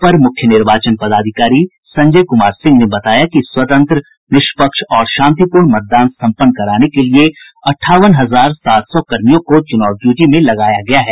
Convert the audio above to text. अपर मुख्य निर्वाचन पदाधिकारी संजय कुमार सिंह ने बताया कि स्वतंत्र निष्पक्ष और शांतिपूर्ण मतदान सम्पन्न कराने के लिये अठावन हजार सात सौ कर्मियों को चुनाव ड्यूटी में लगाया गया है